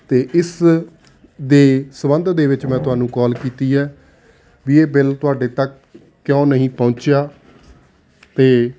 ਤਾਂ ਇਸ ਦੇ ਸੰਬੰਧ ਦੇ ਵਿੱਚ ਮੈਂ ਤੁਹਾਨੂੰ ਕਾਲ ਕੀਤੀ ਹੈ ਵੀ ਇਹ ਬਿੱਲ ਤੁਹਾਡੇ ਤੱਕ ਕਿਉਂ ਨਹੀਂ ਪਹੁੰਚਿਆ ਅਤੇ